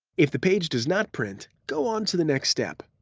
if the page does not print, go on to the next step.